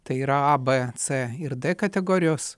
tai yra a b c ir d kategorijos